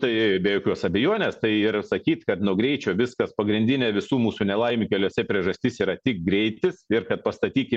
tai be jokios abejonės tai yra sakyti kad nuo greičio viskas pagrindinė visų mūsų nelaimių keliuose priežastis yra tik greitis ir kad pastatykim